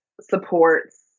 supports